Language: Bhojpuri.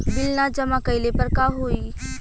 बिल न जमा कइले पर का होई?